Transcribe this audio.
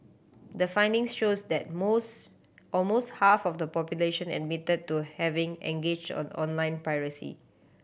the findings shows that most almost half of the population admitted to having engaged on online piracy